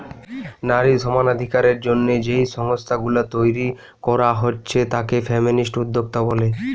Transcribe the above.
নারী সমানাধিকারের জন্যে যেই সংস্থা গুলা তইরি কোরা হচ্ছে তাকে ফেমিনিস্ট উদ্যোক্তা বলে